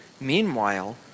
Meanwhile